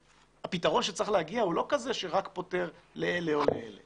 הפתרון שצריך להגיע הוא לא כזה שרק פותר לאלה או לאלה